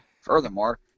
Furthermore